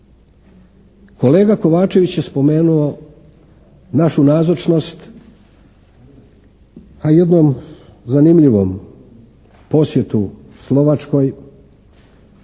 Kolega Kovačević je spomenuo našu nazočnost a jednom zanimljivom posjetu Slovačkoj,